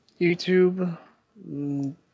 YouTube